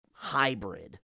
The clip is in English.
Hybrid